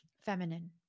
Feminine